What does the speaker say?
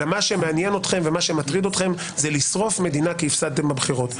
אלא מה שמעניין אתכם זה לשרוף מדינה כי הפסדתם בבחירות.